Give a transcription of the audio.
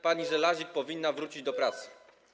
Pani Żelazik powinna wrócić do pracy.